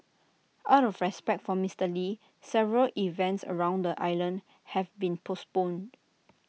out of respect for Mister lee several events around the island have been postponed